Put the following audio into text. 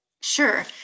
Sure